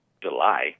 July